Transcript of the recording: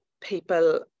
people